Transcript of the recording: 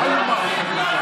איומה.